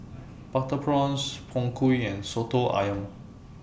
Butter Prawns Png Kueh and Soto Ayam